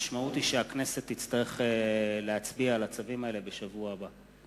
המשמעות היא שהכנסת תצטרך להצביע על הצווים האלה בשבוע הבא.